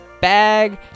bag